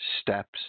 Steps